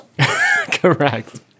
Correct